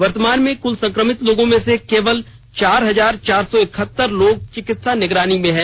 वर्तमान में कुल संक्रमित लोगों में से केवल चार हजार चार सौ इकहत्तर लोग चिकित्सा निगरानी में हैं